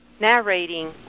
narrating